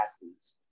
athletes